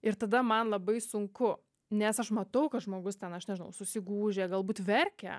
ir tada man labai sunku nes aš matau kad žmogus ten aš nežinau susigūžia galbūt verkia